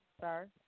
sir